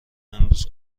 امروز